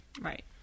Right